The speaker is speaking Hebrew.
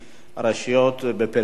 רשויות בפריפריה,